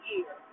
Year